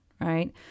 right